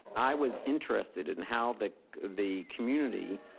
i was interested in how the the community